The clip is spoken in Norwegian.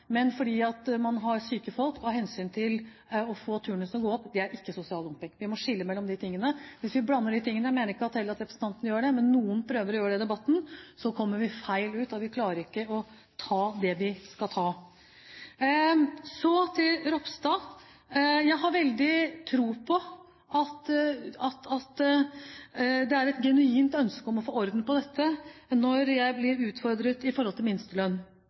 sosial dumping. Vi må skille mellom de tingene. Hvis vi blander de tingene – jeg mener ikke å fortelle at representanten gjør det, men noen prøver å gjøre det i debatten – så kommer vi feil ut, og vi klarer ikke å ta det vi skal ta. Så til Ropstad: Jeg har veldig tro på at det er et genuint ønske om å få orden på dette, når jeg blir utfordret i forhold til minstelønn.